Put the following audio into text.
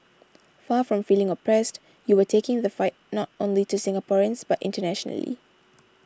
far from feeling oppressed you were taking the fight not only to Singaporeans but internationally